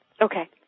Okay